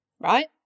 Right